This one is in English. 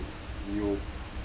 有